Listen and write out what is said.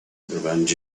revenge